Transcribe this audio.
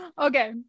okay